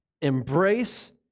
embrace